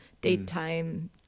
daytime